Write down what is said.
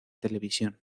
televisión